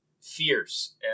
fierce